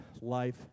life